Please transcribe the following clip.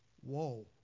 whoa